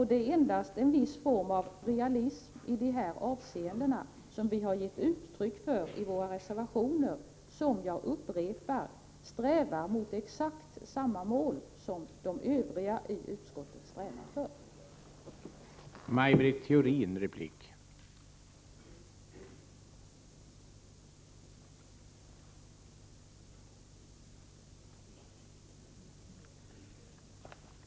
Det är endast en viss realism i de här avseendena som vi givit uttryck för i våra reservationer, som — jag upprepar det — strävar mot exakt samma mål som kommit till uttryck i utskottets betänkande i övrigt.